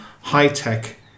high-tech